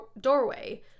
doorway